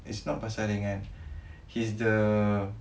it's not pasal ringan he's the